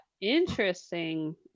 Interesting